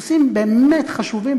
נושאים באמת חשובים,